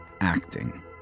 acting